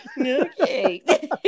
Okay